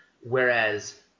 Whereas